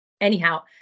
anyhow